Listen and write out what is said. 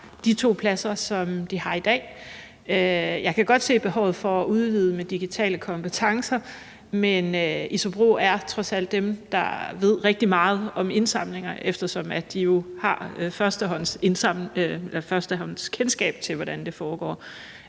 de to pladser, som de har i dag. Jeg kan godt se behovet for at udvide med digitale kompetencer, men ISOBRO er trods alt dem, der ved rigtig meget om indsamlinger, eftersom de jo har førstehåndskendskab til, hvordan det foregår.